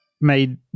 made –